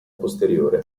posteriore